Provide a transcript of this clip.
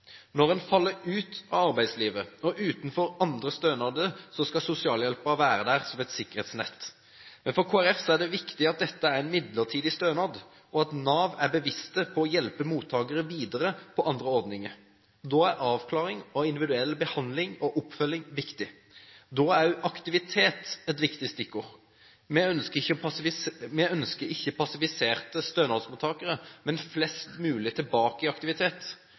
Når en faller ut av arbeidslivet og utenfor andre stønader, skal sosialhjelpen være der som et sikkerhetsnett. Men for Kristelig Folkeparti er det viktig at dette er en midlertidig stønad, og at Nav er bevisst på å hjelpe mottakerne over på andre ordninger. Da er avklaring og individuell behandling og oppfølging viktig. Da er også aktivitet et viktig stikkord. Vi ønsker ikke passiviserte stønadsmottakere, men flest mulig tilbake i aktivitet.